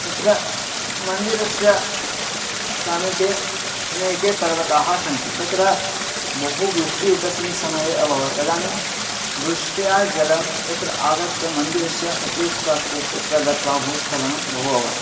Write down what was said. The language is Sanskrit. तत्र मन्दिरस्य समीपे नैकाः पर्वताः सन्ति तत्र बहु वृष्टिः एकस्मिन् समये अभवत् तदानीं वृष्ट्याः जलं तत्र आगत्य मन्दिरस्य चतुस्वास्वेत् तस्य गत्वा भूस्खलनं बहु अभवत्